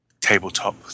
tabletop